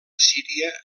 assíria